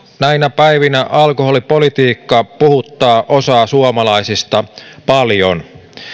näinä päivinä alkoholipolitiikka puhuttaa osaa suomalaisista paljon